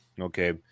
Okay